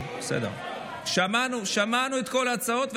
שמענו את כל ההצעות,